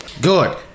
Good